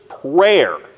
prayer